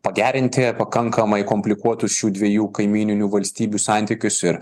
pagerinti pakankamai komplikuotus šių dviejų kaimyninių valstybių santykius ir